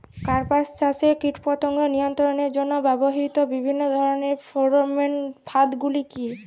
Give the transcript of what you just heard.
কাপাস চাষে কীটপতঙ্গ নিয়ন্ত্রণের জন্য ব্যবহৃত বিভিন্ন ধরণের ফেরোমোন ফাঁদ গুলি কী?